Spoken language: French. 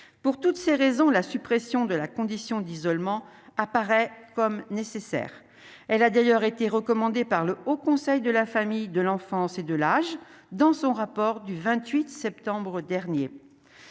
pour toutes ces raisons, la suppression de la condition d'isolement apparaît comme nécessaire, elle a d'ailleurs été recommandée par le Haut Conseil de la famille de l'enfance et de l'âge, dans son rapport du 28 septembre dernier